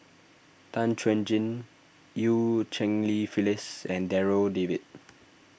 Tan Chuan Jin Eu Cheng Li Phyllis and Darryl David